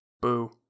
Boo